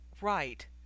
right